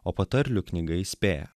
o patarlių knyga įspėja